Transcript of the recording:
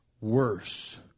Worse